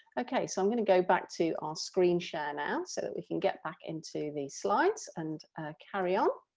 okay so i'm going to go back to our screen share now so that we can get back into the slides and carry on.